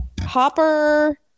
Hopper